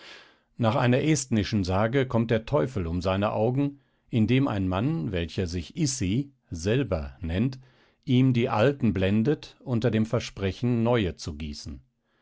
nach einer esthnischen sage kommt der teufel um seine augen indem ein mann welcher sich issi selber nennt ihm die alten blendet unter dem versprechen neue zu gießen